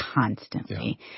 constantly